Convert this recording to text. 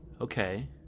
okay